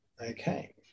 okay